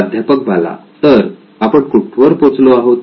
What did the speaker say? प्राध्यापक बाला तर आपण कुठवर पोहोचलो आहोत